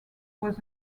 was